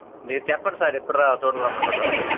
మీరు చెప్పండి సార్ ఎప్పుడు రా తోడుకురమ్మంటారో